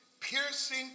piercing